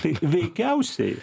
tai veikiausiai